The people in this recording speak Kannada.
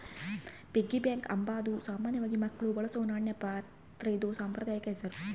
ಪಿಗ್ಗಿ ಬ್ಯಾಂಕ್ ಅಂಬಾದು ಸಾಮಾನ್ಯವಾಗಿ ಮಕ್ಳು ಬಳಸೋ ನಾಣ್ಯ ಪಾತ್ರೆದು ಸಾಂಪ್ರದಾಯಿಕ ಹೆಸುರು